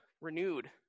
renewed